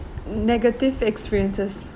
negative experiences